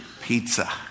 pizza